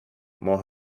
more